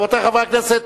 רבותי חברי הכנסת,